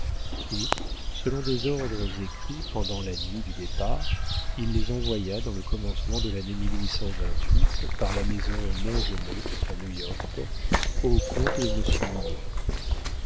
et selon des ordres écrits pendant la nuit du départ il les envoya dans le commencement de l'année par la maison mongenod à new-york au compte de monsieur mignon